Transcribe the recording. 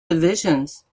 divisions